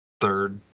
third